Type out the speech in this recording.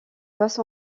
passe